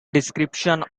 description